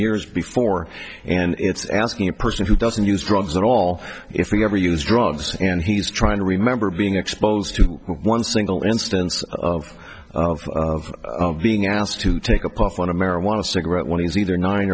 years before and it's asking a person who doesn't use drugs at all if we never use drugs and he's trying to remember being exposed to one single instance of being asked to take a puff on a marijuana cigarette when he is either nine